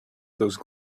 those